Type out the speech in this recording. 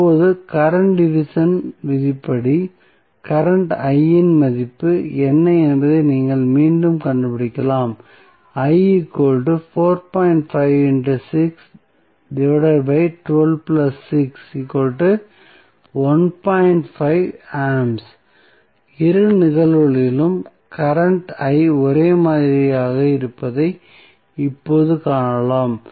இப்போது current division விதிப்படி current I இன் மதிப்பு என்ன என்பதை நீங்கள் மீண்டும் கண்டுபிடிக்கலாம் இரு நிகழ்வுகளிலும் கரண்ட் I ஒரே மாதிரியாக இருப்பதை இப்போது காணலாம்